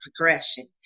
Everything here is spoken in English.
progression